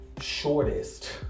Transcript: shortest